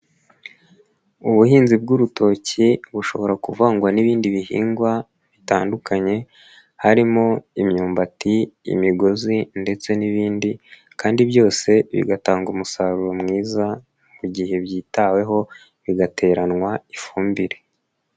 Ubuhinzi bw'urutoki, bushobora kuvangwa n'ibindi bihingwa bitandukanye, harimo imyumbati, imigozi ndetse n'ibindi kandi byose bigatanga umusaruro mwiza mu gihe byitaweho bigateranwa ifumbire.